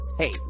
Hey